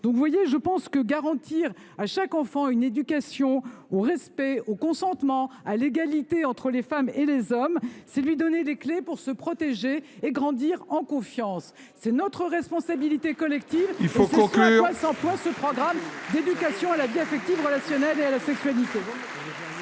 la sénatrice, selon moi, garantir à chaque enfant une éducation au respect, au consentement, à l’égalité entre les femmes et les hommes, c’est lui donner les clés pour se protéger et grandir en confiance ;… Il faut conclure !… cela relève de notre responsabilité collective et c’est ce à quoi s’emploie ce programme d’éducation à la vie affective et relationnelle, et à la sexualité.